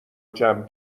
جمع